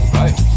right